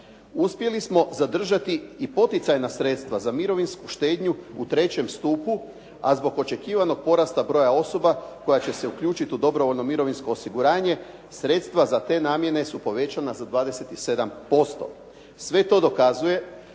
Uspjeli smo zadržati i poticajna sredstva za mirovinsku štednju u 3. stupu, a zbog očekivanog porasta broja osoba koja će se uključiti u dobrovoljno mirovinsko osiguranje, sredstva za te namjene su povećana za 27%. Sve to dokazuje